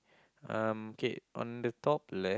um K on the top le~